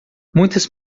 muitas